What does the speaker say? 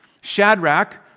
Shadrach